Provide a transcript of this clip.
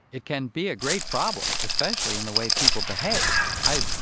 it can be a great problem, especially in the way people behave. i,